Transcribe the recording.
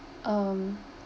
um